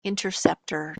interceptor